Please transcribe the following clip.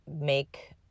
make